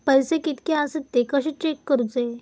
पैसे कीतके आसत ते कशे चेक करूचे?